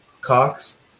Cox